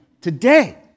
Today